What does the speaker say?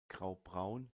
graubraun